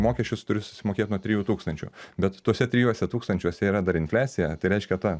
mokesčius turi susimokėt nuo trijų tūkstančių bet tuose trijuose tūkstančiuose yra dar infliacija tai reiškia ta